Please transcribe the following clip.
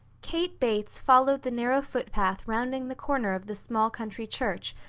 kate bates followed the narrow footpath rounding the corner of the small country church,